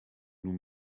nous